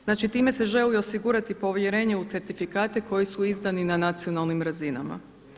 Znači time se želi osigurati povjerenje u certifikate koji su izdani na nacionalnim razinama.